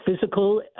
physical